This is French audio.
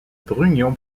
brugnon